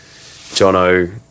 Jono